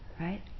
right